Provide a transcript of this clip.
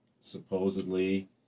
supposedly